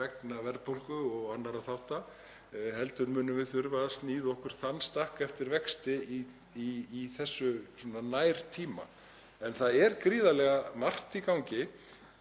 vegna verðbólgu og annarra þátta heldur munum við þurfa að sníða okkur stakk eftir vexti í þessum nærtíma. En það er gríðarlega margt í gangi.